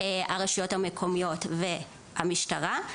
הרשויות המקומיות והמשטרה.